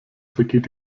vergeht